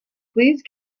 please